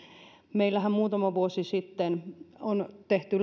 meillähän on muutama vuosi sitten tehty